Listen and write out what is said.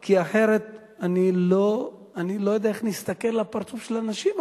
כי אחרת אני לא יודע איך נסתכל בפרצוף של האנשים האלה.